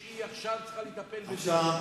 שהיא עכשיו צריכה לטפל בזה.